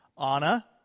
Anna